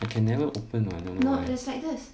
but can never open [what] no meh